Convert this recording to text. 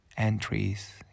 Entries